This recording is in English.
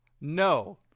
No